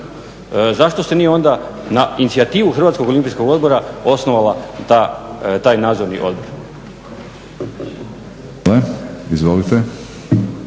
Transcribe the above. Zašto se nije onda na inicijativu Hrvatskog olimpijskog odbora osnovala taj nadzorni odbor?